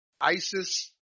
ISIS